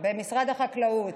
התהליך במשרד החקלאות,